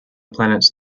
planets